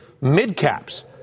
mid-caps